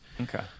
okay